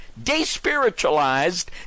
despiritualized